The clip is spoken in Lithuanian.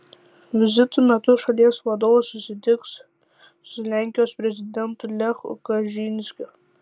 vizito metu šalies vadovas susitiks su lenkijos prezidentu lechu kačynskiu